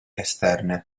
esterne